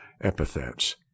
epithets